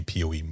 PoE